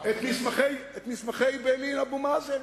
את מסמכי ביילין ואבו מאזן.